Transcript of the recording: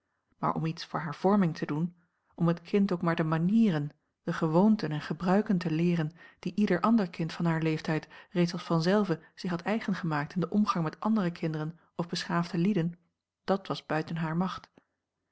om iets voor hare vorming te doen om het kind ook maar de manieren de gewoonten en gebruiken te leeren die ieder ander kind van haar leeftijd reeds als vanzelve zich had eigen gemaakt in den omgang met andere kinderen of beschaafde lieden dàt was buiten hare macht